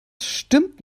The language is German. stimmt